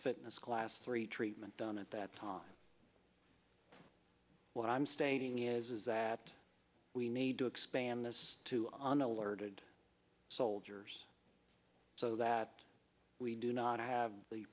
fitness class three treatment done at that time what i'm stating is that we need to expand this to on alerted soldiers so that we do not have